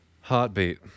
Heartbeat